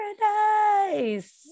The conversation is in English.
paradise